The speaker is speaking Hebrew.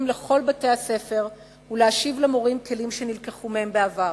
לכל בתי-הספר ולהשיב למורים כלים שנלקחו מהם בעבר.